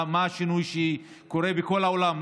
מה השינוי שקורה בכל העולם,